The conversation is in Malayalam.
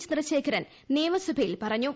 ചന്ദ്രശേഖരൻ നിയമസഭയിൽ പറഞ്ഞു